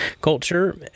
culture